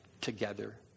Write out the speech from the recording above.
together